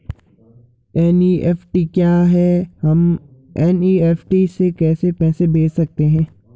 NEFT क्या है हम एन.ई.एफ.टी से कैसे पैसे भेज सकते हैं?